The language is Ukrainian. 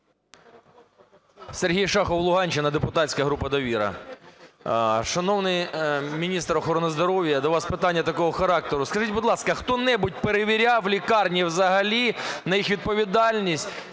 Сергій Шахов, Луганщина, депутатська група "Довіра". Шановний міністр охорони здоров'я, до вас питання такого характеру. Скажіть, будь ласка, хто-небудь перевіряв лікарні взагалі на їх відповідальність?